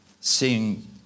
seeing